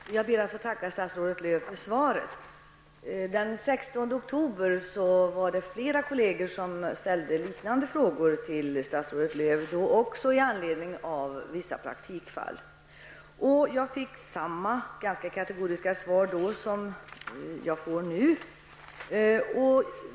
Herr talman! Jag ber att få tacka statsrådet Lööw för svaret. Den 16 oktober ställde ett flertal kolleger liknande frågor till statsrådet Lööw, i anledning också då av vissa praktiska fall. Jag fick då samma, ganska kategoriska svar som jag nu har fått.